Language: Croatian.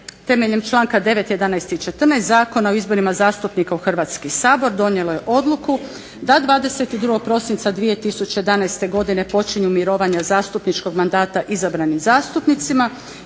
temeljem članka 9., 11. i 14. Zakona o izborima zastupnika u Hrvatski sabor donijelo je odluku da 22. prosinca 2011. godine počinju mirovanja zastupničkog mandata izabranim zastupnicima